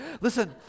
Listen